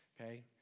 okay